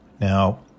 Now